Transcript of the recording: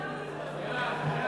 סעיף 1 נתקבל.